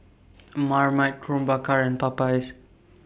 Marmite Krombacher and Popeyes